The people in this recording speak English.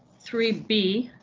three b.